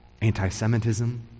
anti-Semitism